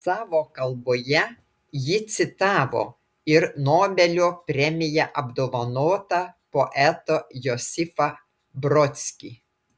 savo kalboje ji citavo ir nobelio premija apdovanotą poetą josifą brodskį